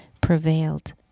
prevailed